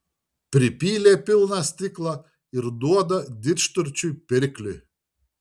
pripylė pilną stiklą ir duoda didžturčiui pirkliui